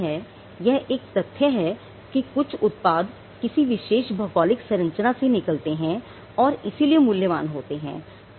यह एक तथ्य है कि कुछ उत्पाद किसी विशेष भौगोलिक संरचना से निकलते हैं और इसीलिए मूल्यवान होते हैं